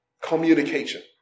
Communication